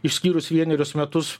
išskyrus vienerius metus